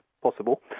possible